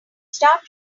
start